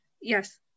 yes